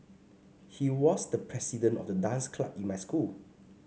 he was the president of the dance club in my school